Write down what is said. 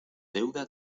deuda